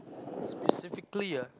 specifically ah